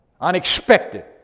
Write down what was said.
Unexpected